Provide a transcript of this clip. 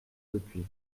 depuis